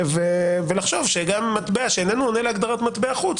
ולחשוב שגם מטבע שאיננו עונה להגדרת מטבע חוץ